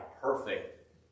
perfect